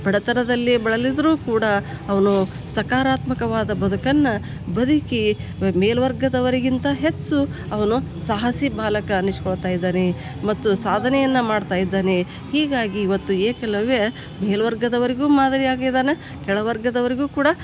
ಬಡತನದಲ್ಲಿಯೇ ಬಳಲಿದರೂ ಕೂಡ ಅವನು ಸಕಾರಾತ್ಮಕವಾದ ಬದುಕನ್ನು ಬದುಕಿ ಮೇಲುವರ್ಗದವರಿಗಿಂತ ಹೆಚ್ಚು ಅವನು ಸಾಹಸಿ ಬಾಲಕ ಅನಿಸ್ಕೊಳ್ತಾ ಇದ್ದಾನೆ ಮತ್ತು ಸಾಧನೆಯನ್ನು ಮಾಡ್ತಾ ಇದ್ದಾನೆ ಹೀಗಾಗಿ ಇವತ್ತು ಏಕಲವ್ಯ ಮೇಲುವರ್ಗದವರಿಗೂ ಮಾದರಿಯಾಗಿದಾನೆ ಕೆಳವರ್ಗದವರಿಗೂ ಕೂಡ